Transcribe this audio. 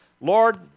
Lord